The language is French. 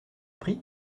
prix